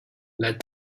let